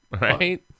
right